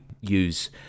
use